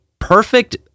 perfect